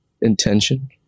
intention